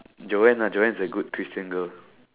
Joanne lah Joanne is a good Christian girl